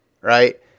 right